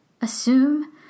assume